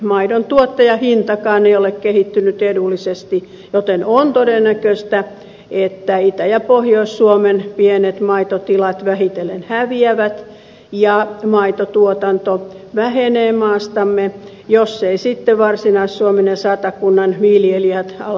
maidon tuottajahintakaan ei ole kehittynyt edullisesti joten on todennäköistä että itä ja pohjois suomen pienet maitotilat vähitellen häviävät ja maitotuotanto vähenee maastamme jos eivät sitten varsinais suomen ja satakunnan viljelijät ala hoitaa karjaa